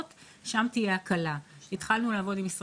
אבל אנחנו בעשייה ובעבודה מול כל